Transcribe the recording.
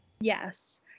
Yes